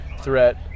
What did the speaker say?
threat